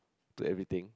to everything